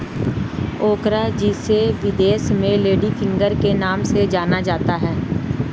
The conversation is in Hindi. ओकरा जिसे विदेश में लेडी फिंगर के नाम से जाना जाता है